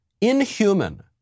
inhuman